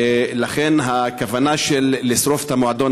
ולכן הכוונה של לשרוף את המועדון,